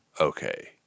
okay